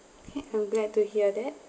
okay I'm glad to hear that